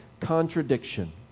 contradiction